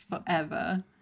forever